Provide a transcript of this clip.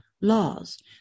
laws